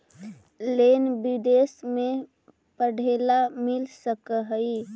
Loan विदेश में पढ़ेला मिल सक हइ?